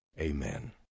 Amen